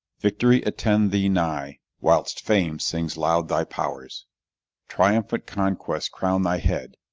victory attend thee nigh, whilst fame sings loud thy powers triumphant conquest crown thy head,